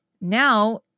Now